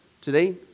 today